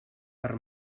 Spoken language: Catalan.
per